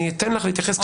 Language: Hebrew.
אתן לך להתייחס.